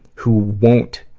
who won't